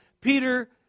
Peter